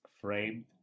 framed